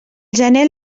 gener